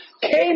came